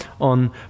on